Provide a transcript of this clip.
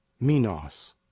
Minos